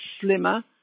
slimmer